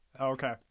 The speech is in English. Okay